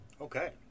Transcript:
Okay